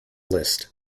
list